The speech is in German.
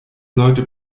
leute